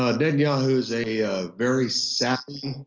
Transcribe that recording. ah netanyahu's a very savvy,